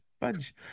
fudge